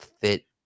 fit